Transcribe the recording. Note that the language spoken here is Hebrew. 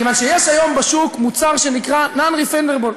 כיוון שיש היום בשוק מוצר שנקרא non-refundable,